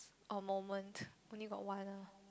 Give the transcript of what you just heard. or moment only got one ah